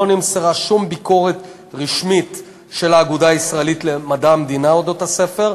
לא נמסרה שום ביקורת רשמית של האגודה הישראלית למדע המדינה על הספר,